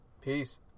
Peace